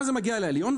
אז זה הגיע לעליון.